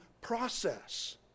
process